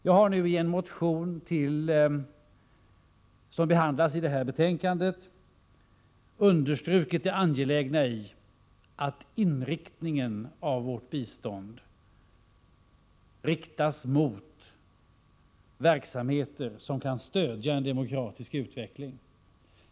Jag har i en motion som behandlas i detta betänkande understrukit det angelägna i att vårt bistånd inriktas på verksamheter som kan stödja en demokratisk utveckling.